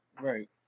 Right